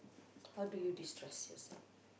how do you destress yourself